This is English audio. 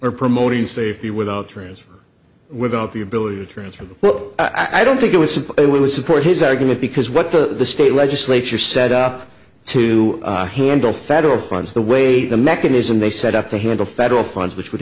or promoting safety without transfer without the ability to transfer well i don't think it was simple i would support his argument because what the state legislature set up to handle federal funds the way the mechanism they set up to handle federal funds which would